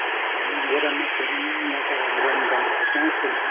हामी गोदाममा खेल्यौँ या पर ग्राउन्ड बनाएर त्यहाँ खेल्यौँ